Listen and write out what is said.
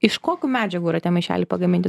iš kokių medžiagų yra tie maišelai pagaminti